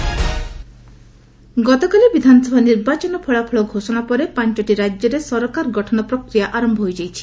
ଗଭ୍ ଗତକାଲି ବିଧାନସଭା ନିର୍ବାଚନ ଫଳାଫଳ ଘୋଷଣା ପରେ ପାଞ୍ଚଟି ରାକ୍ୟରେ ସରକାର ଗଠନ ପ୍ରକ୍ରିୟା ଆରମ୍ଭ ହୋଇଯାଇଛି